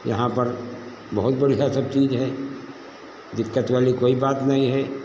यहाँ पर बहुत बढ़िया सब चीज है दिक्कत वाली कोई बात नहीं है